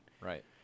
Right